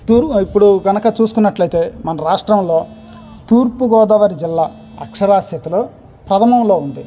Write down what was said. ఇప్పుడు కనుక చూసుకున్నట్లయితే మన రాష్ట్రంలో తూర్పుగోదావరి జిల్లా అక్షరాస్యతలో ప్రథమంలో ఉంది